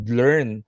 learn